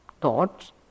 thoughts